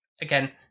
again